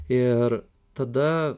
ir tada